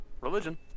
Religion